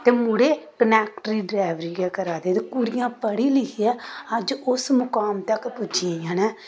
ते मुड़े कनैक्टरी ड्रैवरी गै करा दे न ते कुड़ियां पढ़ी लिखियै अज्ज उस मुकाम तक पुज्जी गेइयां न